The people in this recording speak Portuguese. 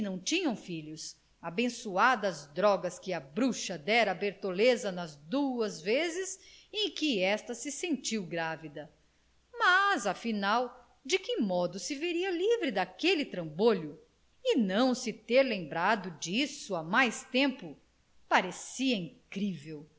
tinham filhos abençoadas drogas que a bruxa dera à bertoleza nas duas vezes em que esta se sentiu grávida mas afinal de que modo se veria livre daquele trambolho e não se ter lembrado disso há mais tempo parecia incrível